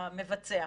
המבצע,